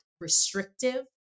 restrictive